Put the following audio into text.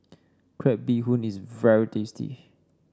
Crab Bee Hoon is very tasty